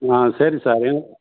ஆ சரி சார் எங்க